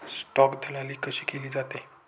Stock दलाली कशी केली जाते?